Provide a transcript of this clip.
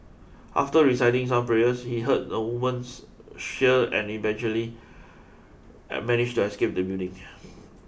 after reciting some prayers he heard a woman's shriek and eventually managed to escape the building